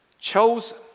chosen